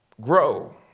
Grow